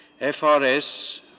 FRS